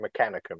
Mechanicum